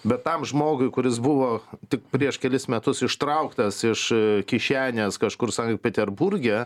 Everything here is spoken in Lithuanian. bet tam žmogui kuris buvo tik prieš kelis metus ištrauktas iš kišenės kažkur sankt peterburge